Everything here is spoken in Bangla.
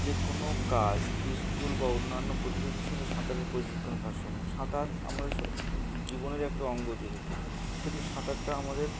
যে কোনো কাজ স্কুল বা অন্যান্য প্রতিশ্রুতির সঙ্গে সাঁতারের প্রশিক্ষণ ভারসাম্য সাঁতার আমাদের জীবনের একটা অঙ্গ যেহেতু সেহেতু সাঁতারটা আমাদের